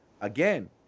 Again